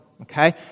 okay